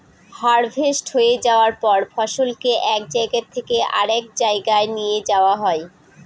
harvest হয়ে যায়ার পর ফসলকে এক জায়গা থেকে আরেক জাগায় নিয়ে যাওয়া হয়